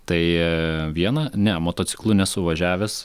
tai viena ne motociklu nesu važiavęs